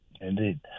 Indeed